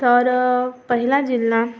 तर पहिला जिल्हा